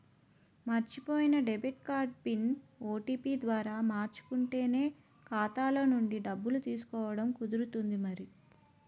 మర్చిపోయిన debit card PIN, OTP ద్వారా మార్చుకుంటేనే ఖాతాలో నుండి డబ్బులు తీసుకోవడం కుదురుతుంది మరి